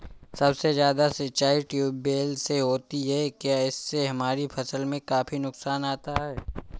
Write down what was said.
सबसे ज्यादा सिंचाई ट्यूबवेल से होती है क्या इससे हमारे फसल में काफी नुकसान आता है?